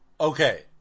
Okay